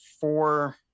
four